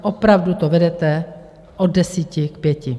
Opravdu to vedete od deseti k pěti.